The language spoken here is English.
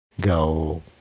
go